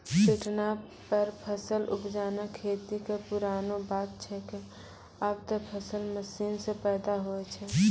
पिटना पर फसल उपजाना खेती कॅ पुरानो बात छैके, आबॅ त फसल मशीन सॅ पैदा होय छै